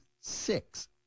six